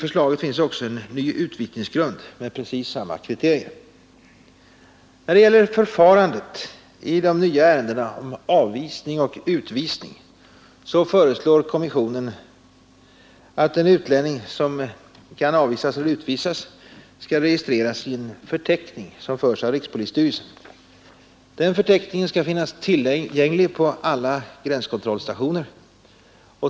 Även en ny utvisningsgrund med samma kriterier föreslås. Beträffande förfarandet i de nya ärendena om avvisning och utvisning föreslår kommissionen att utlänning, som kan avvisas eller utvisas, skall registreras i en förteckning som förs av rikspolisstyrelsen. Förteckningen skall finnas tillgänglig på alla gränskontrollstationer.